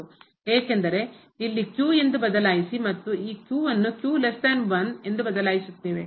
ಏಕೆಂದರೆ ಇಲ್ಲಿ ಎಂದು ಬದಲಾಯಿಸಿ ಮತ್ತು ಈ ನ್ನು ಎಂದು ಬದಲಾಯಿಸುತ್ತೇವೆ